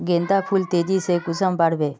गेंदा फुल तेजी से कुंसम बार से?